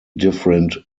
different